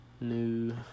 new